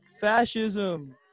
fascism